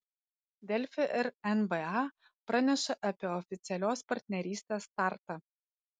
delfi ir nba praneša apie oficialios partnerystės startą